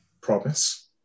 Promise